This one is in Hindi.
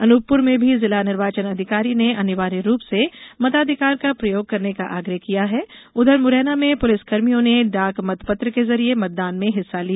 अनूपपुर में भी जिला निर्वाचन अधिकारी ने अनिवार्य रूप से मताधिकार का प्रयोग करने का आगह किया है उधर मुरैना में पुलिस कर्मियों ने डाक मतपत्र के जरिए मतदान में हिस्सा लिया